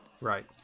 Right